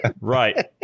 Right